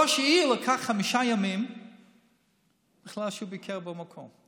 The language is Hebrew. לראש העיר זה לקח חמישה ימים עד שבכלל הוא ביקר במקום.